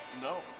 No